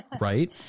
Right